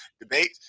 debate